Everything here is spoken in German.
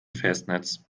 festnetz